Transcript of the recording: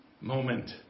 moment